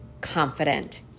confident